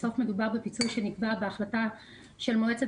בסוף מדובר בפיצוי שנקבע בהחלטה של מועצת